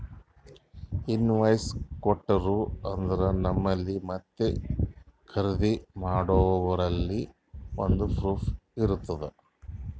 invoice ಕೊಟ್ಟೂರು ಅಂದ್ರ ನಂಬಲ್ಲಿ ಮತ್ತ ಖರ್ದಿ ಮಾಡೋರ್ಬಲ್ಲಿ ಒಂದ್ ಪ್ರೂಫ್ ಇರ್ತುದ್